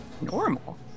Normal